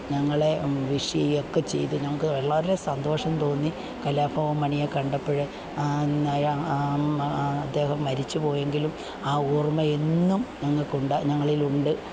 ഞങ്ങളെ വിഷ്യ്യേം ഒക്കെ ചെയ്ത് ഞങ്ങള്ക്കു വളരെ സന്തോഷം തോന്നി കലാഭവന് മണിയെ കണ്ടപ്പോള് ആന്നയാ അദ്ദേഹം മരിച്ചുപോയെങ്കിലും ആ ഓര്മയെന്നും ഞങ്ങള്ക്കുണ്ട് ഞങ്ങളിലുണ്ട്